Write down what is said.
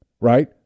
right